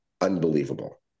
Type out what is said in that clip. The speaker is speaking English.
unbelievable